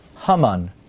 Haman